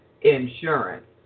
insurance